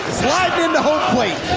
sliding into home plate.